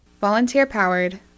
Volunteer-powered